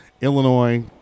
Illinois